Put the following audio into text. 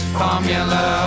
formula